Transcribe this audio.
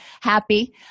happy